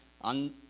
on